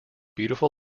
beautiful